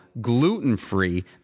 gluten-free